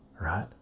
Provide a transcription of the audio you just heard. right